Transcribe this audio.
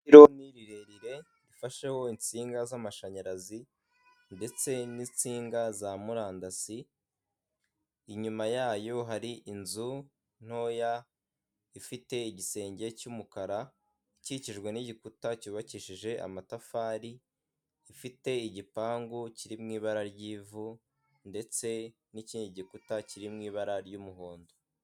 Ipironi rirerire ifasheho insinga z'amashanyarazi ndetse n'insinga za murandasi, inyuma yayo hari inzu ntoya ifite igisenge cy'umukara ikikijwe n'igikuta cyubakishije amatafari, ifite igipangu kiri mu ibara ry'ivu ndetse n'ikindi gikuta kiri mu ibara ry'umuhondo.